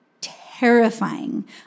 terrifying